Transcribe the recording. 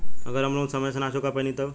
अगर हम लोन समय से ना चुका पैनी तब?